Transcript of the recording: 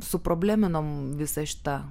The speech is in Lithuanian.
suprobleminom visą šitą